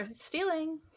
stealing